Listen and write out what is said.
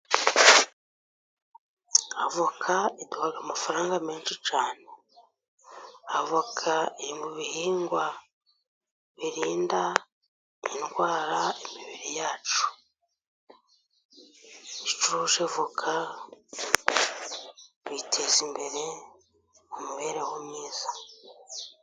Avoka iduha amafaranga menshi cyane, avoka iri mu bihingwa birinda indwara imibiri yacu. Iyo ucuruje avoka biteza imbere imibereho myiza.